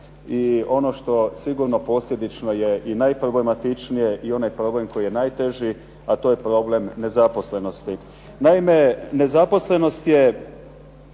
i ono što sigurno posebično je najproblematičnije i onaj problem koji je najteži, a to je problem nezaposlenosti. Naime, nezaposlenost je